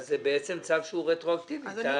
בעצם צו שהוא רטרואקטיבי.